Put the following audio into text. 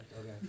Okay